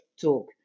talk